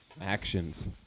Actions